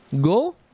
Go